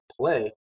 play